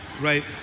right